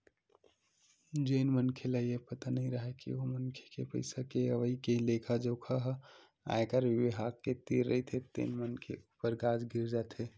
जेन मनखे ल ये पता नइ राहय के ओ मनखे के पइसा के अवई के लेखा जोखा ह आयकर बिभाग के तीर रहिथे तेन मनखे ऊपर गाज गिर जाथे